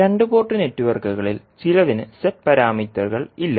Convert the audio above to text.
2 port നെറ്റ്വർക്കുകളിൽ ചിലതിന് z പാരാമീറ്ററുകൾ ഇല്ല